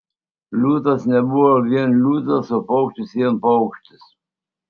liūtas nebuvo vien liūtas o paukštis vien paukštis